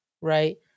right